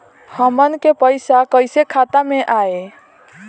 हमन के पईसा कइसे खाता में आय?